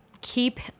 keep